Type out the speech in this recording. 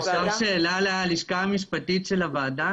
אפשר שאלה ללשכה המשפטית של הוועדה?